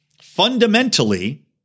fundamentally